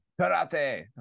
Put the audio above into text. Karate